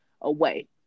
away